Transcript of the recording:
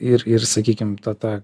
ir ir sakykim ta ta